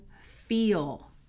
feel